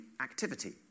activity